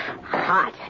Hot